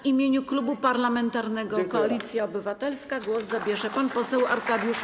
W imieniu Klubu Parlamentarnego Koalicja Obywatelska głos zabierze pan poseł Arkadiusz Myrcha.